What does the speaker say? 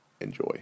enjoy